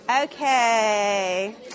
Okay